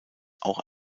auch